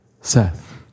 Seth